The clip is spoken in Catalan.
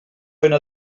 faena